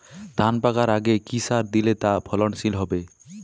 ধান পাকার আগে কি সার দিলে তা ফলনশীল হবে?